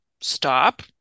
stop